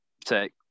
take